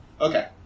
Okay